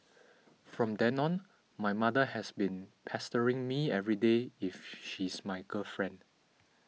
from then on my mother has been pestering me everyday if she's my girlfriend